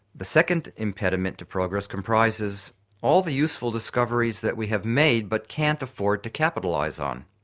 the second impediment to progress comprises all the useful discoveries that we have made but can't afford to capitalise on.